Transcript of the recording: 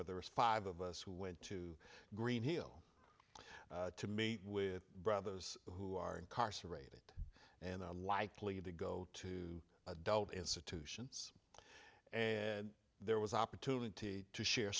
were there was five of us who went to green hill to meet with brothers who are incarcerated and unlikely to go to adult institutions and there was opportunity to share